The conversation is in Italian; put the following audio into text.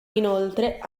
inoltre